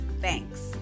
Thanks